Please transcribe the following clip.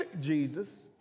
Jesus